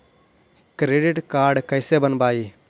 Credit card कैसे बनवाई?